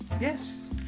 Yes